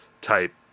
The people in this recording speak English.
type